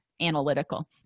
analytical